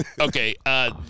Okay